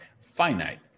finite